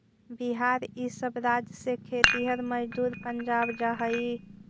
बिहार इ सब राज्य से खेतिहर मजदूर पंजाब जा हई